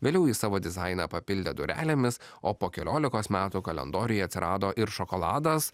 vėliau jis savo dizainą papildė durelėmis o po keliolikos metų kalendoriuje atsirado ir šokoladas